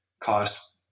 cost